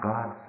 God